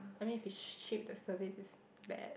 I mean if it's cheap the service is bad